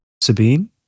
Sabine